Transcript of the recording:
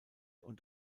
und